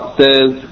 says